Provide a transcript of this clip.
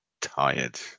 tired